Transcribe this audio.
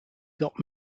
got